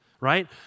right